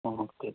okay